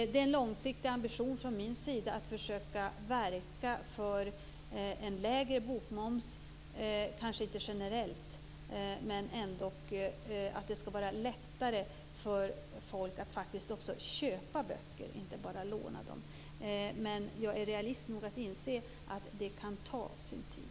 Det är en långsiktig ambition från min sida att försöka verka för en lägre bokmoms, men kanske inte generellt. Det skall vara lättare för folk att faktiskt också köpa böcker och inte bara låna dem. Men jag är realist nog att inse att det kan ta sin tid.